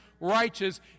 righteous